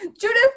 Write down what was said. Judith